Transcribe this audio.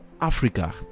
Africa